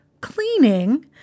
cleaning